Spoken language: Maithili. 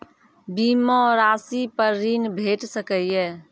बीमा रासि पर ॠण भेट सकै ये?